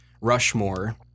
Rushmore